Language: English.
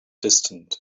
distant